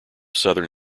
southern